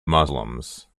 muslims